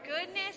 goodness